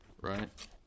right